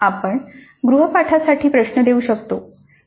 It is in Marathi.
आपण गृहपाठाचा साठी प्रश्न देऊ शकतो